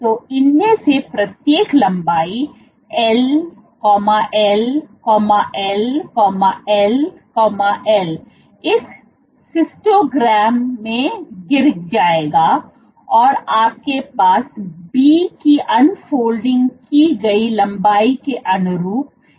तो इनमें से प्रत्येक लंबाई LLLLL इस सिस्टोग्राम cystogram में गिर जाएगा और आपके पास B की अनफॉलो की गई लंबाई के अनुरूप एक LU होगी